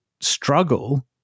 struggle